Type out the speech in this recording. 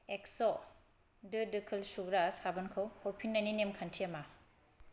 एक्स' दो दोखोल सुग्रा साबोनखौ हरफिननायनि नेमखान्थिया मा